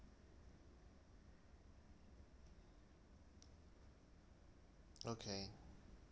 okay